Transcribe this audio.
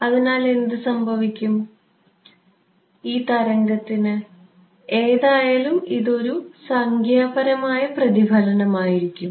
അതിനാൽ ഈ തരംഗത്തിന് എന്ത് സംഭവിക്കും എന്തായാലും ഇത് ഒരു സംഖ്യാപരമായ പ്രതിഫലനമായിരിക്കും